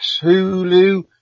Hulu